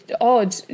odd